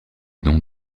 dons